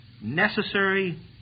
necessary